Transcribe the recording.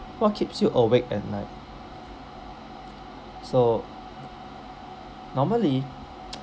what keeps you awake at night so normally